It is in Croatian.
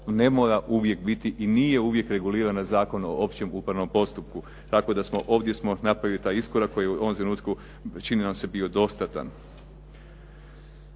ne mora uvijek biti i nije uvijek regulirana Zakonom o općem upravnom postupku. Tako da smo, ovdje smo napravili taj iskorak koji je u ovom trenutku čini nam se bio dostatan.